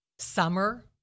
Summer